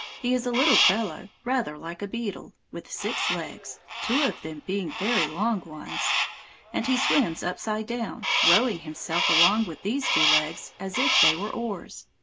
he is a little fellow, rather like a beetle, with six legs, two of them being very long ones and he swims upside down, rowing himself along with these two legs, as if they were oars.